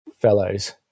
fellows